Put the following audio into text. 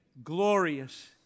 glorious